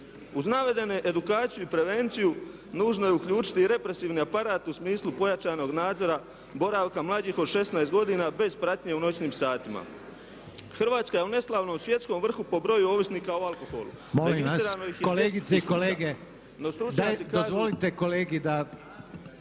Uz navedene edukaciju i prevenciju nužno je uključiti i represivni aparat u smislu pojačanog nadzora boravka mlađih od 16 godina bez pratnje u noćnim satima. Hrvatska je u neslavnom svjetskom vrhu po broju ovisnika o alkoholu. Registrirano ih je … …/Upadica **Reiner,